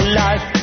life